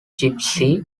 gypsy